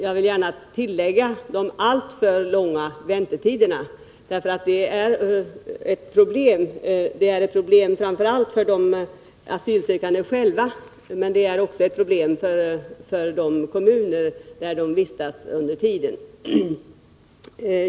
Jag vill gärna tillägga att det är alltför långa väntetider, och det är ett problem framför allt för de asylsökande själva men också för de kommuner där de vistas under tiden.